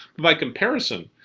by comparison,